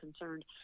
concerned